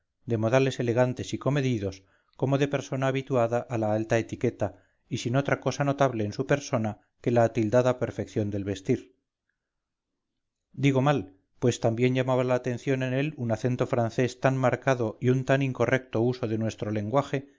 de modales elegantes y comedidos como de persona habituada a la alta etiqueta y sin otra cosa notable en su persona que la atildada perfección del vestir digo mal pues también llamaba la atención en él un acento francés tan marcado y un tan incorrecto uso de nuestro lenguaje